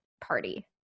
party